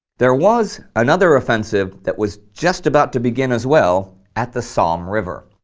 there was another offensive that was just about to begin as well, at the somme river.